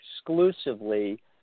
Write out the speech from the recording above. exclusively